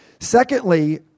Secondly